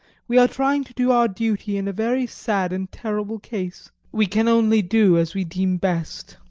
we are trying to do our duty in a very sad and terrible case we can only do as we deem best.